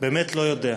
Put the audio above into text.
באמת לא יודע.